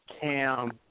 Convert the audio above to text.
Cam